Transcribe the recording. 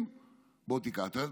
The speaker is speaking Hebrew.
בוא תיקח אותם.